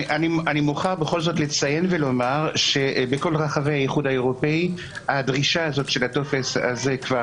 אני מוכרח לציין שבכל רחבי האיחוד האירופי הדרישה הזו כבר